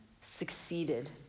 succeeded